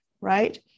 right